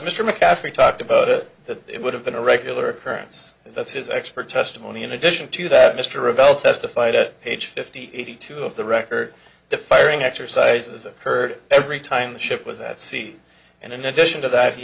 mr mccaffrey talked about it that it would have been a regular occurrence that's his expert testimony in addition to that mr revelle testified at page fifty two of the record the firing exercises occurred every time the ship was at sea and in addition to that he